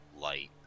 light